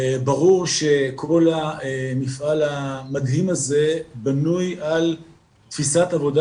ברור שכל המפעל המדהים הזה בנוי על תפיסת עבודה